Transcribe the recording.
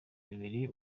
bibiri